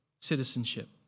citizenship